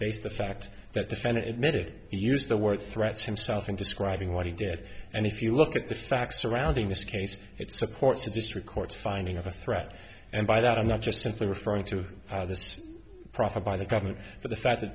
based the fact that the fan admitted he used the word threats himself in describing what he did and if you look at the facts surrounding this case it supports the district court's finding of a threat and by that i'm not just simply referring to this profit by the government but the fact th